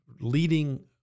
leading